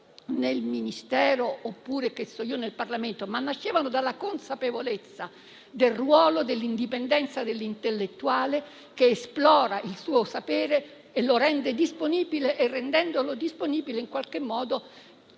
nel Ministero, oppure nel Parlamento, ma nascevano dalla consapevolezza del ruolo dell'indipendenza dell'intellettuale che esplora il suo sapere, lo rende disponibile e, rendendolo disponibile, in qualche modo